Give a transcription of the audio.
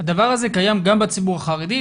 הדבר הזה קיים גם בציבור החרדי,